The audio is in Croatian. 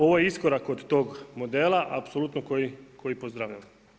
Ovo je iskorak od tog modela, apsolutno koji pozdravljam.